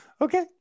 Okay